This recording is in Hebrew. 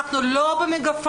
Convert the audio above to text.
אנחנו לא במגפה,